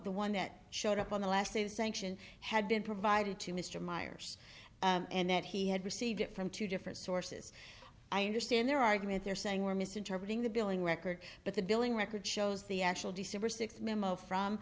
the one that showed up on the last day of sanction had been provided to mr meyers and that he had received it from two different sources i understand their argument they're saying we're misinterpreting the billing records but the billing record shows the actual december sixth memo from